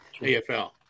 AFL